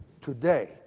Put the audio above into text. today